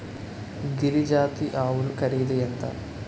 గిరి జాతి ఆవులు ఖరీదు ఎంత ఉంటుంది?